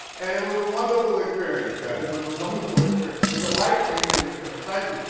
and it was a wonderful experience, guys. it was a wonderful experience. it was a life changing experience. thank you.